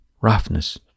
roughness